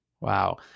Wow